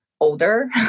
older